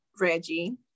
Reggie